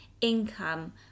income